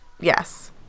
Yes